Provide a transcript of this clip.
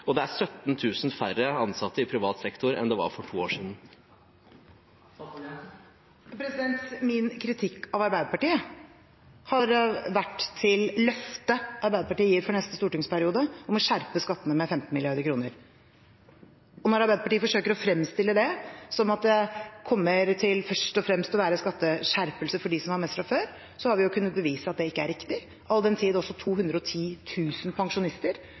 og det er 17 000 færre ansatte i privat sektor enn det var for to år siden. Min kritikk av Arbeiderpartiet har vært til løftet Arbeiderpartiet gir for neste stortingsperiode om å skjerpe skattene med 15 mrd. kr. Når Arbeiderpartiet forsøker å fremstille det som om det først og fremst kommer til å være skatteskjerpelser for dem som har mest fra før, så har vi jo kunnet bevise at det ikke er riktig, all den tid også 210 000 pensjonister